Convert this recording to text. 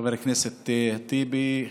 חבר הכנסת טיבי,